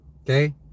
Okay